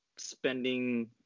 spending